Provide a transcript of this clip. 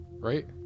Right